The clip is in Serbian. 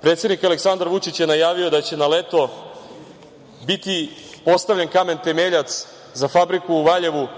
predsednik Aleksandar Vučić je najavio da će na leto biti postavljen kamen temeljac za fabriku u Valjevu